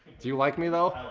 do you like me though?